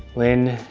lin,